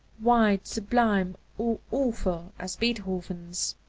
wide, sublime, or awful as beethoven's.